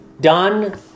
done